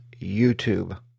YouTube